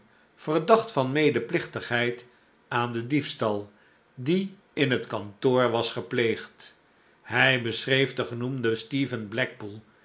verdacht van medeplichtigheid aan den diefstal die in het kantoor was gepleegd hij beschreef den genoemden stephen blackpool